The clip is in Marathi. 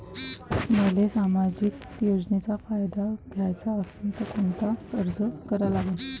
मले सामाजिक योजनेचा फायदा घ्याचा असन त कोनता अर्ज करा लागन?